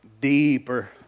deeper